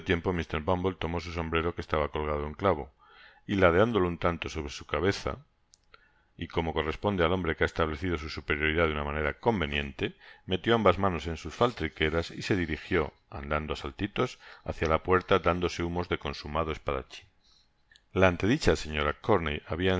mr bumble tomó su sombrero que estaba colgado de un clavo y ladeándolo un tanto sobre su cabeza á guisa de mfcton y como corresponde al hombre que ha establecido su superioridad de una manera conveniente metió ambas manos en sus faltriqueras y se dirijió andando á saltitos hacia la puerta dándose humos de consumado espadachin la ante dicha señora corney